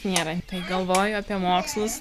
nėra tai galvoju apie mokslus